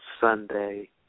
Sunday